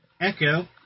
Echo